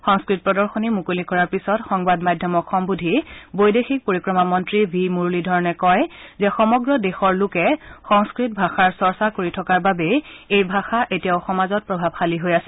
সংস্কত প্ৰদশনী মুকলি কৰাৰ পিছত সংবাদ মাধ্যমক সম্মোধি বৈদেশিক পৰিক্ৰমা মন্ত্ৰী ভি মুৰুলীধৰণে কয় যে সমগ্ৰ দেশৰ লোকে সংস্থত ভাষাৰ চৰ্চা চলাই থকাৰ বাবেই এই ভাষাও এতিয়াও সমাজত প্ৰভাৱশালী হৈ আছে